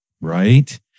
right